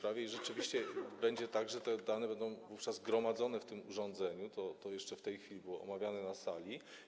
Rzeczywiście będzie tak, że te dane będą wówczas gromadzone w tym urządzeniu, to jeszcze w tej chwili było omawiane na sali.